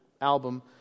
album